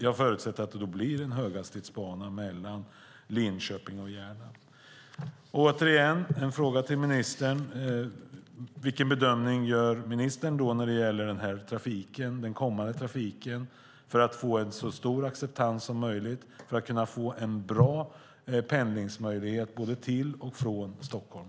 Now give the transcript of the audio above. Jag förutsätter att det då blir en höghastighetsbana mellan Linköping och Järna. Vilken bedömning gör ministern när det gäller den kommande trafiken för att få så stor acceptans som möjligt för bra pendlingsmöjligheter både till och från Stockholm?